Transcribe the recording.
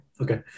Okay